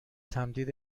تمدید